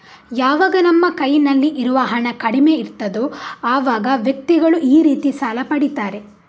ಯಾವಾಗ ನಮ್ಮ ಕೈನಲ್ಲಿ ಇರುವ ಹಣ ಕಡಿಮೆ ಇರ್ತದೋ ಅವಾಗ ವ್ಯಕ್ತಿಗಳು ಈ ರೀತಿ ಸಾಲ ಪಡೀತಾರೆ